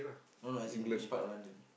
no no as in which part of London